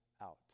out